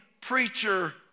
preacher